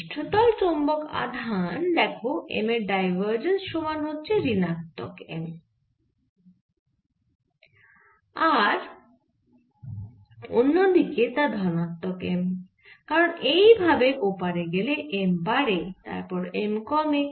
পৃষ্ঠতল চৌম্বক আধান দেখো M এর ডাইভারজেন্স সমান হচ্ছে ঋণাত্মক M আর অন্য দিকে তা ধনাত্মক M কারণ এই ভাবে ওপারে গেলে M বাড়ে তারপর M কমে